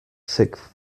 sixth